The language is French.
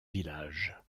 village